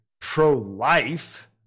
pro-life